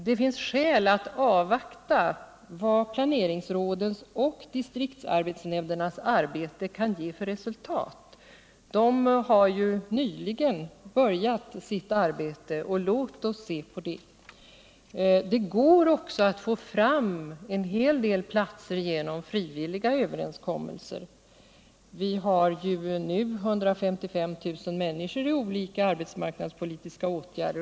Det finns skäl att avvakta resultatet av planeringsrådens och distriktsarbetsnämndernas arbete, vilket nyligen påbörjats. Låt oss avvakta i denna fråga. Det går att genom överenskommelser få fram en hel del platser. Vi har 155 000 människor, för vilka vidtagits olika arbetsmarknadspolitiska åtgärder.